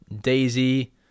Daisy